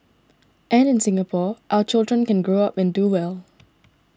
and in Singapore our children can grow up and do well